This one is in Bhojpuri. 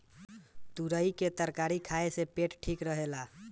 तुरई के तरकारी खाए से पेट ठीक रहेला